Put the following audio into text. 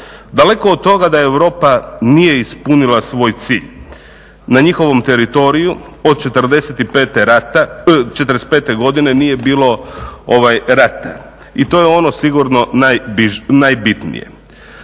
Daleko od toga da Europa nije ispunila svoj cilj. Na njihovom teritoriju od '45. godine nije bilo rata i to je ono sigurno najbitnije.